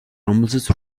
რომელზეც